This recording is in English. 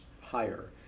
higher